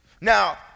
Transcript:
Now